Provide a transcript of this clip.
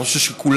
אני חושב שכולנו,